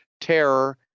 terror